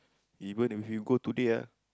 even if you go today ah